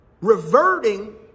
reverting